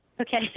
Okay